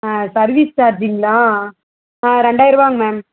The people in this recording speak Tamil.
ஆ சர்வீஸ் சார்ஜூங்களா ரெண்டாயிரம் ருபாங்க மேம்